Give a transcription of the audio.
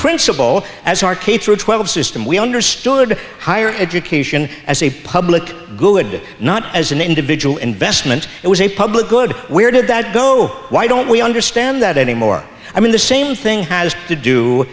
principle as our teacher twelve system we understood higher education as a public good not as an individual investment it was a public good where did that go why don't we understand that anymore i mean the same thing has to do